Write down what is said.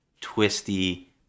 twisty